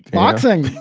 boxing.